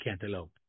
cantaloupe